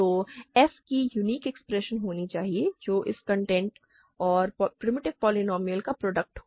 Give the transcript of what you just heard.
तो f की unique expression होनी चाहिए जो इसके कॉन्टेंट और प्रिमिटिव पोलीनोमिअल का प्रोडक्ट हो